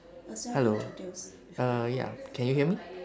hello uh ya can you hear me